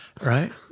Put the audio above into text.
right